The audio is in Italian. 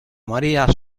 maria